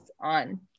on